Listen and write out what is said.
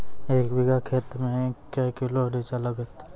एक बीघा खेत मे के किलो रिचा लागत?